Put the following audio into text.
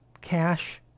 cash